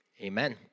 amen